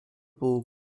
ball